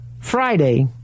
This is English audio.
Friday